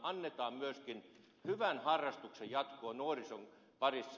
annetaan myöskin hyvän harrastuksen jatkua nuorison parissa